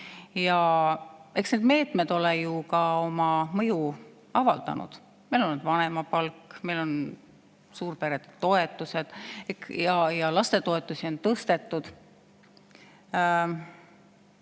ja eks need meetmed ole ju ka oma mõju avaldanud. Meil on vanemapalk ja meil on suurperetoetused, lastetoetusi on tõstetud.